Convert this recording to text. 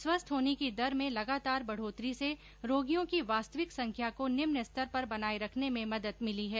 स्वस्थ होने की दर में लगातार बढ़ोतरी से रोगियों की वास्तविक संख्या को निम्न स्तर पर बनाये रखने में मदद मिली है